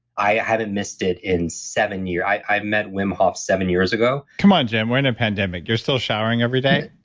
i haven't missed it in seven years. i i met wim hof seven years ago come on jim, we're in a pandemic, you're still showering every day?